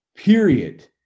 Period